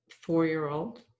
four-year-old